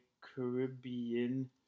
Caribbean